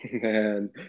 Man